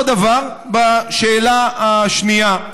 אותו דבר בשאלה השנייה.